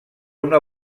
una